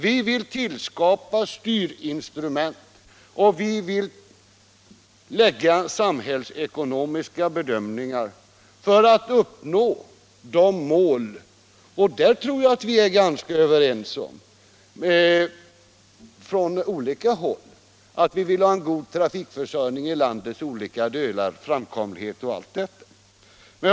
Vi vill skapa styrinstrument och vi vill anlägga samhällsekonomiska bedömningar för att uppnå de mål som jag tror att man på olika håll är ganska överens med oss om, nämligen en god trafikförsörjning i landets olika delar, framkomlighet m.m.